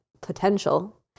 potential